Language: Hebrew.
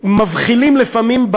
מבחילים לפעמים,